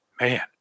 man